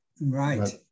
Right